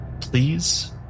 please